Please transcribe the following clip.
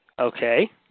Okay